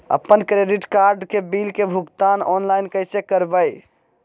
अपन credit card के bill के भुगतान ऑनलाइन कैसे करबैय?